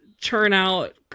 turnout